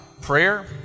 prayer